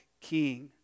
king